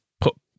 put